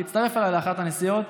תצטרף אליי לאחת הנסיעות.